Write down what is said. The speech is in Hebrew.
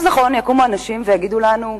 נכון, יקומו אנשים ויגידו לנו: